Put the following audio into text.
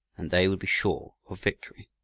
and they would be sure of victory.